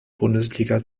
bundesliga